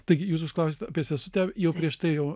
taigi jūs užklausėt apie sesutę jau prieš tai jau